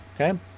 Okay